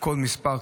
כל מספר,